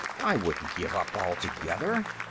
i wouldn't give up altogether,